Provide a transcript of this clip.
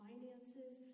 finances